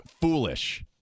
foolish